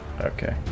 okay